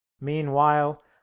Meanwhile